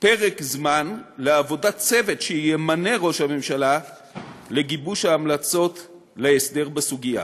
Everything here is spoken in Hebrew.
פרק זמן לעבודה לצוות שימנה ראש הממשלה לגיבוש ההמלצות להסדר בסוגיה.